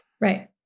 Right